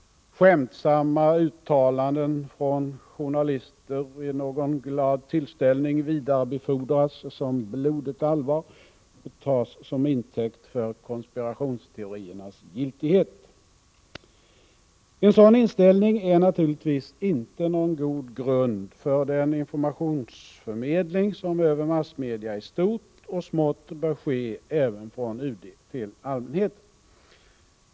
Skämtsamma uttalanden från journalister vid någon glad tillställning vidarebefordras som uttalanden gjorda på blodigt allvar och tas till intäkt för konspirationsteoriernas giltighet. En sådan inställning är naturligtvis inte någon god grund för den informationsförmedling till allmänheten som i stort och smått bör ske över massmedia även från UD.